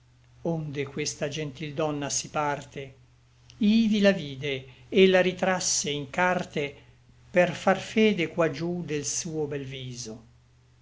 onde questa gentil donna si parte ivi la vide et la ritrasse in carte per far fede qua giú del suo bel viso